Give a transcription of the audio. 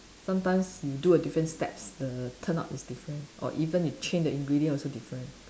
sometimes you do a different steps the turn out is different or even you change the ingredient also different